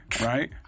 right